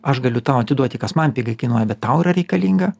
aš galiu tau atiduoti kas man pigiai kainuoja bet tau yra reikalinga